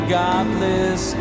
godless